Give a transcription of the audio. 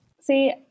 see